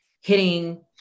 hitting